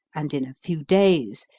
and in a few days,